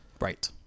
Right